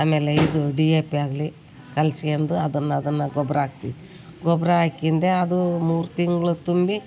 ಆಮೇಲೆ ಇದು D A P ಆಗಲಿ ಕಲಸ್ಕೊಂಡು ಅದನ್ನು ಅದನ್ನು ಗೊಬ್ಬರ ಹಾಕ್ತಿವ್ ಗೊಬ್ಬರ ಹಾಕಿಂದೆ ಅದು ಮೂರು ತಿಂಗ್ಳು ತುಂಬಿ